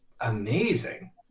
amazing